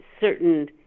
certain